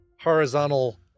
horizontal